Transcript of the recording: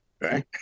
right